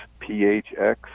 PHX